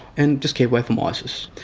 and just keep away from isis.